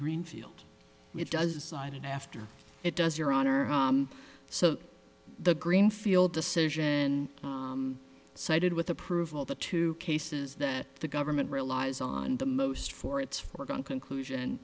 greenfield it does sided after it does your honor so the greenfield decision sided with approval the two cases that the government relies on the most for its foregone conclusion